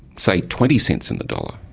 say, twenty cents in the dollar.